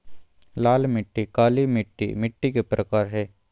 लाल मिट्टी, काली मिट्टी मिट्टी के प्रकार हय